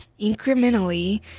incrementally